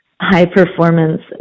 high-performance